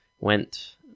Went